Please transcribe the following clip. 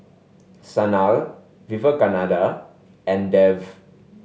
Sanal Vivekananda and Dev